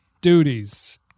duties